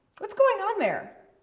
what's going on there?